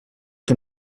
que